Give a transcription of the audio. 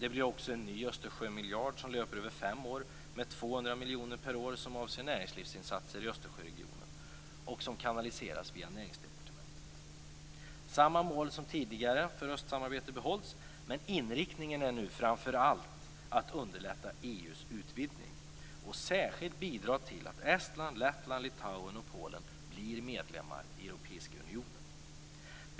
Det blir också en ny Östersjömiljard som löper över fem år med 200 miljoner per år, som avser näringslivsinsatser i Östersjöregionen och som kanaliseras via Näringsdepartementet. Samma mål som tidigare för östsamarbetet behålls men inriktningen är nu framför allt på att underlätta EU:s utvidgning och särskilt bidra till att Estland, Lettland, Litauen och Polen blir medlemmar i Europeiska unionen.